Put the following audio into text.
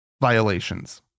violations